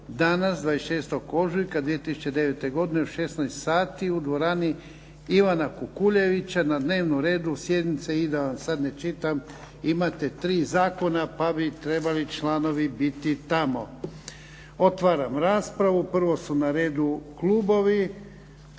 danas, 26. ožujka 2009. godine u 16 sati u dvorani Ivana Kukuljevića. Na dnevnom redu sjednice i da vam sad ne čitam, imate tri zakona pa bi trebali članovi biti tamo. Otvaram raspravu. Prvo su na redu klubovi.